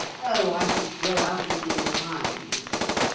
oh! i shall grow out of it in time he said.